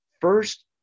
first